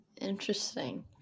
interesting